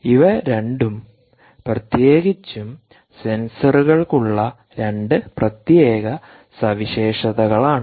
ഇവ രണ്ടും പ്രത്യേകിച്ചും സെൻസറുകൾക്കുള്ള 2 പ്രത്യേക സവിശേഷതകൾ ആണ്